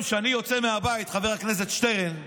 היום, כשאני יוצא מהבית, חבר הכנסת שטרן,